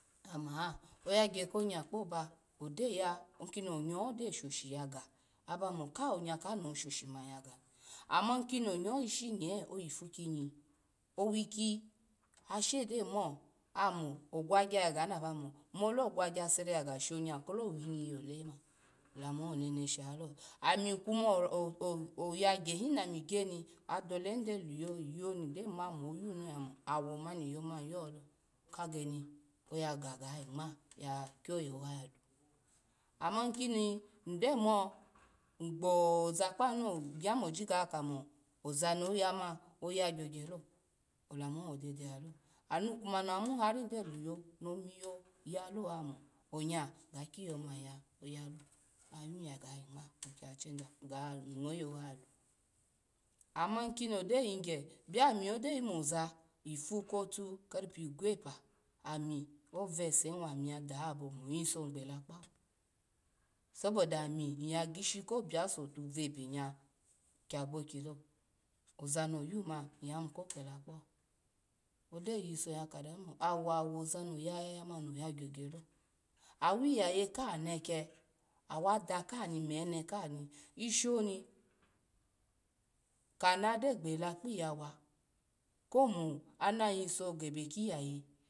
Oyagya ko ya kpoba ogyo ya ikini onyaho gyo shoshi yaga abamo kai onya kano yagani yagani ama inkono onya ishinye ogifu inyi owiki ashegyo mu oyomo ogwogwa yaga amo molo gwagwa sere dage sho nye lo winyi yole ma. Olamuho ni wonene shilalo ami kuma hoha yagyahi nami gya ni adolehi gyo leyo ndo nima mo yulo, awomani iyo mani yolo kageni oyagagayi gma ta kyoye hoha yalo ama kini nygyo mo nygboza kpo no lo nyya mozi ya ga kamo ozano ya mani oya gyo gyolo, olamu oni wodede lalo anu kama namu hari gyo liyo nomiyo yalo oya mo nye gakiyo maya, amu ya ga yingma gasheja, ga ngwo ye hoha yalo ama kini ogyo nygya biome ogyo yu moza, ifu kotu karipe igwo pe ovasehi wa nyya dabo mo yiso ny gbela kpawo soboda ami yagishi obiase out benye kya gbokilo ozano yuma nyya yimu ko kela kpawo ogyo yiso ya kadanu mu awo awo ozano ya yamani gyo gyolo awiyaye kaha neke, awada kaha nimene kani ishi oni kana gyo gbela kpiyawa komo ana yiso gebe kiyaye.